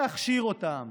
להכשיר אותם,